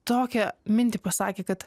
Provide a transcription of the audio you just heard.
tokią mintį pasakė kad